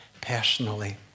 personally